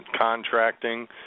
contracting